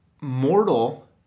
mortal